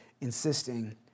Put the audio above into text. insisting